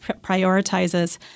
prioritizes